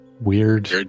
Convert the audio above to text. weird